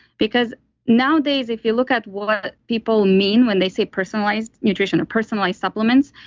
because nowadays, if you look at what people mean, when they say personalized nutrition or personalized supplements,